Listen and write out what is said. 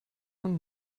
von